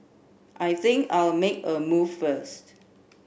I think I'll make a move first